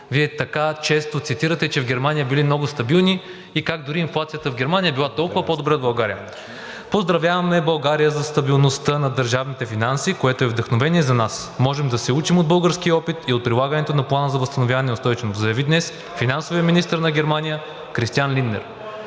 Вие така често цитирате, че в Германия били много стабилни и как дори инфлацията в Германия била толкова по-добре от България. „Поздравяваме България за стабилността на държавните финанси, което е вдъхновение за нас. Можем да се учим от българския опит и от прилагането на Плана за възстановяване и устойчивост“ – заяви днес финансовият министър на Германия Кристиан Линднер.